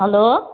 hello